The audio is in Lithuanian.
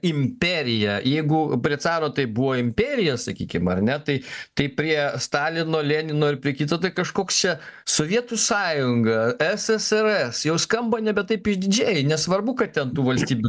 imperija jeigu prie caro tai buvo imperija sakykim ar ne tai tai prie stalino lenino ir prie kitų tai kažkoks čia sovietų sąjunga ssrs jau skamba nebe taip išdidžiai nesvarbu kad ten tų valstybių